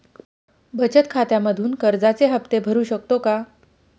बचत खात्यामधून कर्जाचे हफ्ते भरू शकतो का?